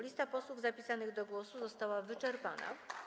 Lista posłów zapisanych do głosu została wyczerpana.